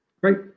great